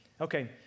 Okay